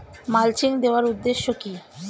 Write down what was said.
Mulching দেওয়ার উদ্দেশ্য কি?